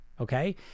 okay